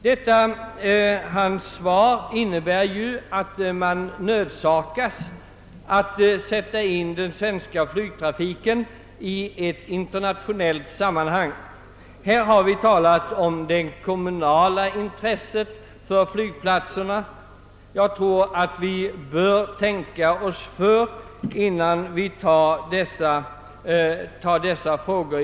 Detta hans svar innebär att vi nödgas sätta in den svenska flygtrafiken i ett internationellt sammanhang. Vi har nu talat om det kommunala intresset för flygplatser. Jag tror att vi bör tänka oss för innan vi avgör dessa frågor.